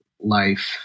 life